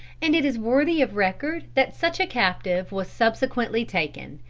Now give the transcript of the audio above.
and it is worthy of record that such a captive was subsequently taken,